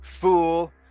fool